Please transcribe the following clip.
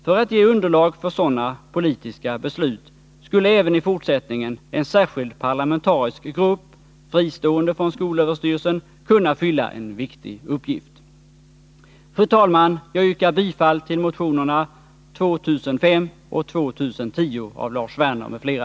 För att ge underlag för sådana politiska beslut skulle framdeles även en särskild parlamentarisk grupp, fristående från skolöverstyrelsen, kunna fylla en viktig uppgift. Fru talman! Jag yrkar bifall till motionerna 2005 och 2010 av Lars Werner m.fl.